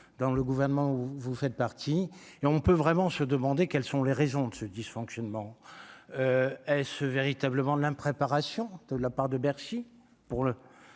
dans le gouvernement, où vous faites partie et on peut vraiment se demander quelles sont les raisons de ce dysfonctionnement est-ce véritablement de l'impréparation de la part de Bercy